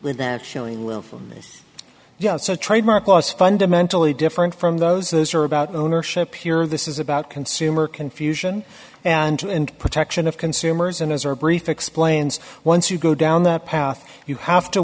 that showing willfulness so trademark law is fundamentally different from those those are about ownership pure this is about consumer confusion and protection of consumers and those are brief explains once you go down that path you have to